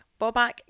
Bobak